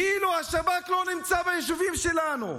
כאילו השב"כ לא נמצא ביישובים שלנו,